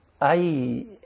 hay